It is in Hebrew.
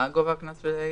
מה גובה הקנס ב-ה'?